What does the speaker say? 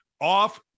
off